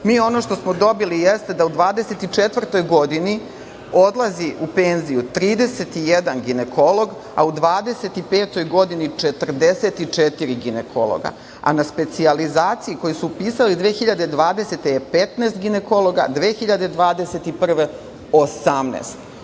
Mi ono što smo dobili jeste da u 2024. godini odlazi u penziju 31 ginekolog, a u 2025. godini 44 ginekologa, a na specijalizaciji koji su upisali 2020. godine je 15 ginekologa, 2021. godine 18.